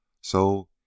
So